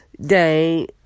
Day